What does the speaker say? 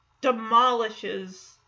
demolishes